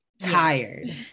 Tired